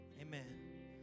amen